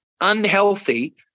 unhealthy